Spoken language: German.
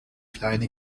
kleine